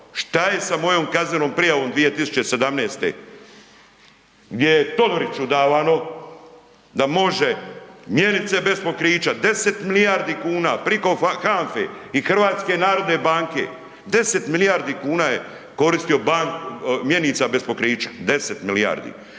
Što je sa mojom kaznenom prijavom 2017. gdje je Todoriću davano da može mjenice bez pokrića 10 milijardi kuna priko HANFA-e i HNB-a, 10 milijardi kuna je koristio mjenica bez pokrića. 10 milijardi.